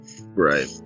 Right